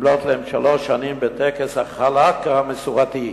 במלאות להם שלוש שנים בטקס ה"חלאקה" המסורתי.